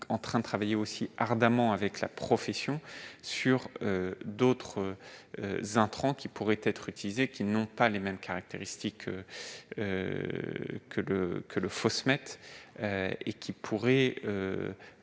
en train de travailler ardemment avec la profession sur d'autres intrants qui pourraient être utilisés et qui n'ont pas les mêmes caractéristiques que le phosmet, auquel ils pourraient